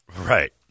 Right